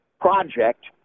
project